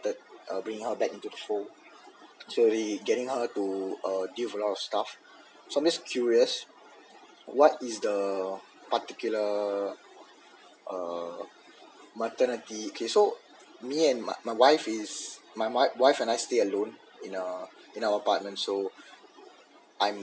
started bring her back into the so he getting her to do a lot of stuff so I'm just curious what is the particular uh maternity k so me and my my wife is my wife and I stay alone in a in our apartment so I'm